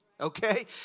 okay